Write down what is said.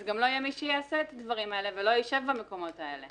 אז גם לא יהיה מי שיעשה את הדברים האלה ולא ישב במקומות האלה.